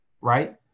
right